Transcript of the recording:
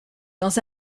dans